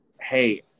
hey